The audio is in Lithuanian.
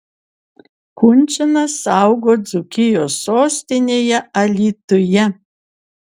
kunčinas augo dzūkijos sostinėje alytuje